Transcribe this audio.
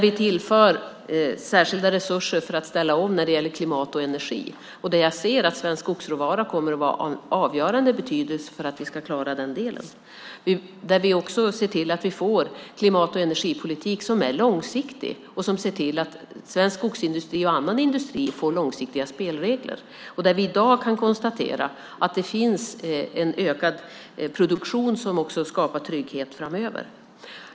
Vi tillför särskilda resurser för att ställa om när det gäller klimat och energi. Jag ser att svensk skogsråvara kommer att vara av avgörande betydelse för att vi ska klara det. Vi ser till att vi får en klimat och energipolitik som är långsiktig så att svensk skogsindustri och annan industri får långsiktiga spelregler. Vi kan i dag konstatera att det finns en ökad produktion som skapar trygghet framöver.